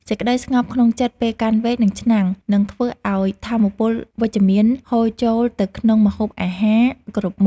សេចក្តីស្ងប់ក្នុងចិត្តពេលកាន់វែកនិងឆ្នាំងនឹងធ្វើឱ្យថាមពលវិជ្ជមានហូរចូលទៅក្នុងម្ហូបអាហារគ្រប់មុខ។